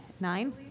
nine